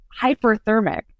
hyperthermic